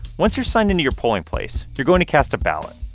once you're signed into your polling place, you're going to cast a ballot,